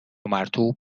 مرطوب